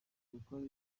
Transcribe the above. gukora